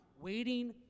waiting